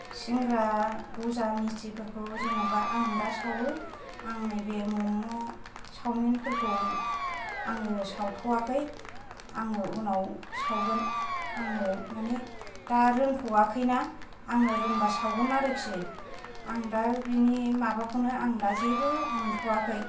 सिंग्रा गजा मिस्तिफोरखौ जेन'बा आं दा सावो आं नैबे मम' चावमिनफोरखौ आङो सावथ'वाखै आङो उनाव सावगोन आङो माने दा रोंथ'वाखैना आङो रोंबा सावगोन आरोखि आं दा बिनि माबाखौनो आं दा जेबो मोनथ'वाखै